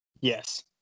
Yes